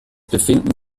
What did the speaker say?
befinden